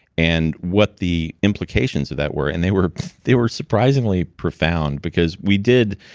and what the implications of that were, and they were they were surprisingly profound because we did,